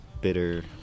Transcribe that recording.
bitter